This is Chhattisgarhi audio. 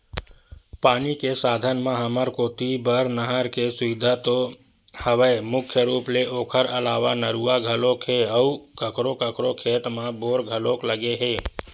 पानी के साधन म हमर कोती बर नहर के सुबिधा तो हवय मुख्य रुप ले ओखर अलावा नरूवा घलोक हे अउ कखरो कखरो खेत म बोर घलोक लगे हे